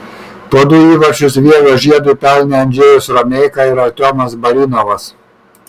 po du įvarčius vievio žiedui pelnė andžejus romeika ir artiomas barinovas